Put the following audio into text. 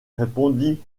répondit